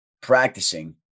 practicing